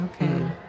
Okay